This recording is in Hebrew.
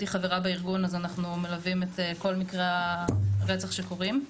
חברה בארגון אנחנו מלווים את כל מקרי הרצח שקורים.